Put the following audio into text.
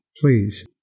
Please